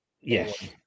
Yes